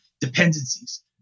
dependencies